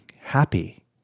happy